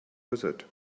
visit